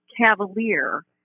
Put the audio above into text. cavalier